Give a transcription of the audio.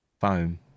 Foam